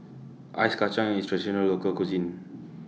Ice Kachang IS Traditional Local Cuisine